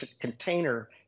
container